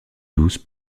douce